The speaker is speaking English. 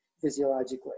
physiologically